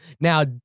Now